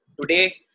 Today